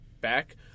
back